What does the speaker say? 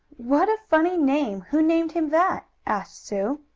what a funny name! who named him that? asked sue.